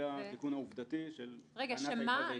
לא שמעתי.